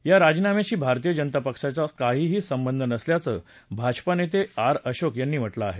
या राजीनाम्याशी भारतीय जनता पक्षाचा काहीही संबंध नसल्याचं भाजपा नेते आर अशोक यांनी म्हटलं आहे